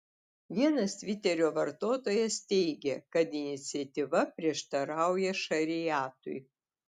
vienas tviterio vartotojas teigė kad iniciatyva prieštarauja šariatui